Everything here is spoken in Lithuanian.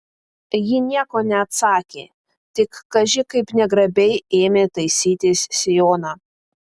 ji nieko neatsakė tik kaži kaip negrabiai ėmė taisytis sijoną